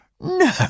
No